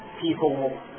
people